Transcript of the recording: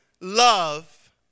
love